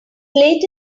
late